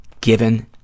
given